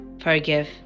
Forgive